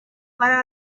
para